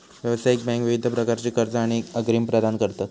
व्यावसायिक बँका विविध प्रकारची कर्जा आणि अग्रिम प्रदान करतत